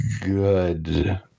good